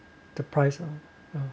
the price ah ya